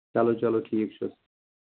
چلو چلو ٹھیٖک چھُ